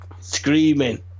screaming